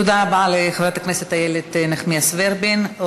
תודה רבה לחברת הכנסת איילת נחמיאס ורבין.